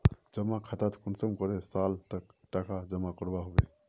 जमा खातात कुंसम करे साल तक टका जमा करवा होबे?